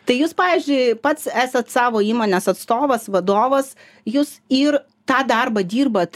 tai jūs pavyzdžiui pats esat savo įmonės atstovas vadovas jūs ir tą darbą dirbat